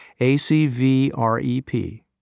ACVREP